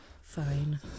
Fine